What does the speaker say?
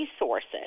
resources